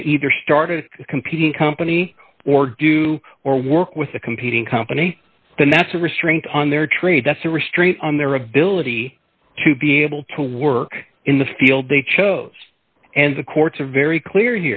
and either started competing company or do or work with a competing company then that's a restraint on their trade that's a restraint on their ability to be able to work in the field they chose and the courts are very clear